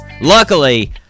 Luckily